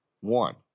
One